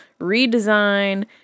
redesign